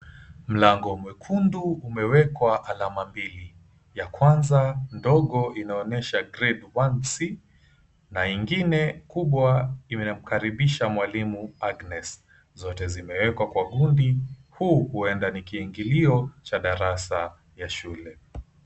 Mlango mwekundu umewekwa alama mbili, ya kwanza ndogo inaonesha 'GRADE 1C' na ingine kubwa inamkaribisha mwalimu Agnes. Zote zimewekwa kwa gundi kubwa na kiingilio ya darasa ya shule.